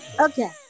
Okay